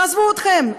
תעזבו אתכם,